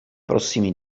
prossimi